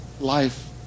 life